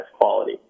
quality